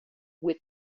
with